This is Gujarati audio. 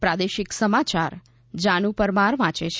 પ્રાદેશિક સમાચાર જાનુ પરમાર વાંચે છે